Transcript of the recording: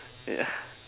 ya